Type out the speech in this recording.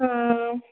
ആ